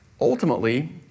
Ultimately